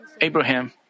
Abraham